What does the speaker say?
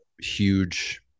huge